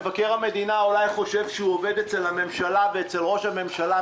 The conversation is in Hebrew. מבקר המדינה אולי חושב שהוא עובד אצל הממשלה ואצל ראש הממשלה.